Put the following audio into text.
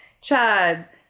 Chad